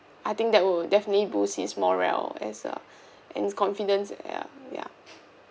I think that would definitely boost his morale as a and his confidence ya ya